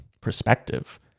perspective